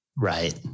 Right